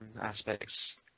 aspects